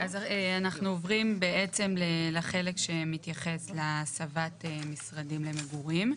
אנחנו עוברים בעצם לחלק שמתייחס להסבת משרדים למגורים.